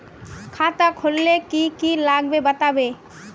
खाता खोलवे के की की लगते बतावे?